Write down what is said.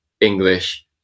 English